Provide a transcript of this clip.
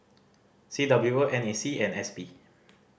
C W O N A C and S P